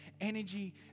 energy